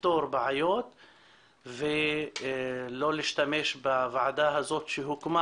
לפתור בעיות ולא להשתמש בוועדה הזו שהוקמה